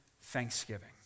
thanksgiving